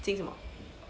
金什么